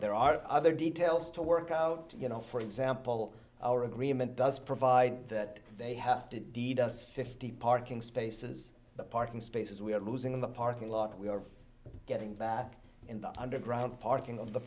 there are other details to work out you know for example our agreement does provide that they have to didas fifty parking spaces the parking spaces we are losing in the parking lot we are getting back in the underground parking of the